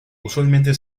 usualmente